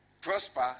prosper